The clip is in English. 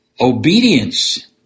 Obedience